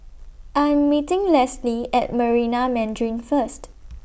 I Am meeting Leslie At Marina Mandarin First